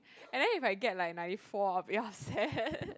and then if I get like ninety four I'll be upset